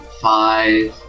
five